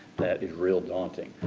that is real daunting.